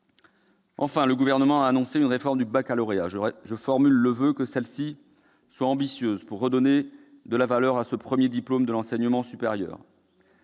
Enfin, le Gouvernement a annoncé une réforme du baccalauréat. Je forme le voeu que celle-ci soit ambitieuse, pour redonner de la valeur à ce premier diplôme de l'enseignement supérieur.